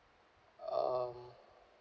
um